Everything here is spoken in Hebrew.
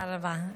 תודה רבה.